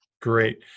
Great